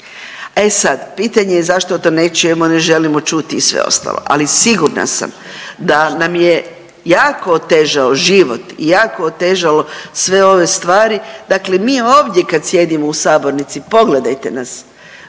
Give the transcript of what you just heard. E sad pitanje je zašto to ne čujemo, ne želimo čuti i sve ostalo, ali sigurna sam da nam je jako otežao život i jako otežalo sve ove stvari dakle mi ovdje kad sjedimo u sabornici, pogledajte nas,